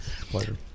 pleasure